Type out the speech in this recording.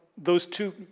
those two,